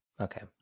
Okay